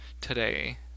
today